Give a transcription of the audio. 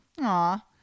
Aw